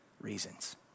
reasons